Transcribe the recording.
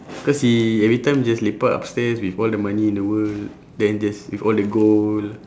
cause he every time just lepak upstairs with all the money in the world then just with all the gold